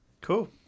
Cool